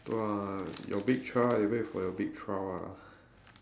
!wah! your big trial you wait for your big trial ah